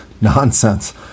nonsense